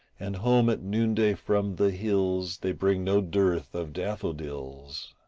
and home at noonday from the hills they bring no dearth of daffodils.